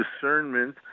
discernment